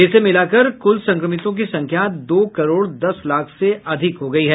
इसे मिलाकर कुल संक्रमितों की संख्या दो करोड़ दस लाख से अधिक हो गई है